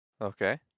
Okay